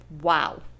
Wow